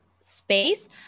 space